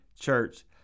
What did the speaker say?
church